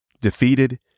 defeated